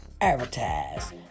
advertise